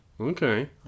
Okay